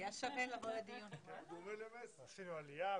עשינו עלייה,